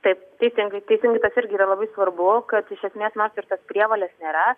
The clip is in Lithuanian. taip teisingai teisingai tas irgi yra labai svarbu kad iš esmės nors ir tos prievolės nėra